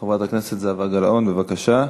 חברת הכנסת זהבה גלאון, בבקשה,